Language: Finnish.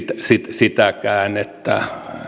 sitäkään niin että